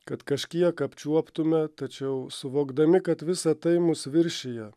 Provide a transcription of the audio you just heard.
kad kažkiek apčiuoptume tačiau suvokdami kad visa tai mus viršija